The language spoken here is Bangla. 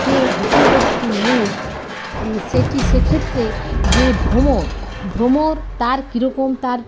যেই বিষয়বস্তু মূল সেটি সেক্ষেত্রে যে ভ্রমর ভ্রমর তার কীরকম তার